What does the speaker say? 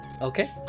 Okay